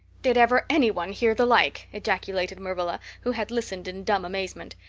did ever anyone hear the like! ejaculated marilla, who had listened in dumb amazement.